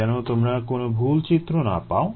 যেন তোমরা কোন ভুল চিত্র না পাও